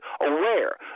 aware